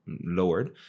lowered